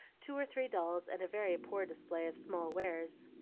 two or three dolls, and a very poor display of small wares.